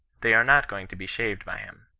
they are not going to be shaved by him.